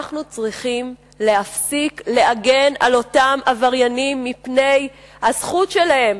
אנחנו צריכים להפסיק להגן על אותם עבריינים מפני הזכות שלהם,